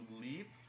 leap